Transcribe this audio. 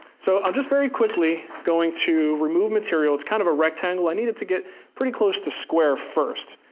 so i'm just very quickly going to remove material. it's kind of a rectangle. i need it to get pretty close to square first.